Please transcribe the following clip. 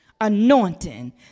anointing